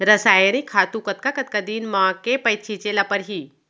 रसायनिक खातू कतका कतका दिन म, के पइत छिंचे ल परहि?